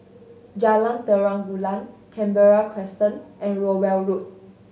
Jalan Terang Bulan Canberra Crescent and Rowell Road